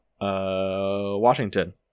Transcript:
Washington